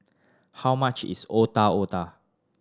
how much is Otak Otak